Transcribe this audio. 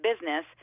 business